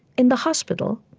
in the hospital,